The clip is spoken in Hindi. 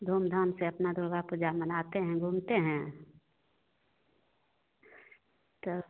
धूम धाम से अपना दुर्गा पूजा मनाते हैं घूमते हैं तो